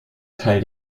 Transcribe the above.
teil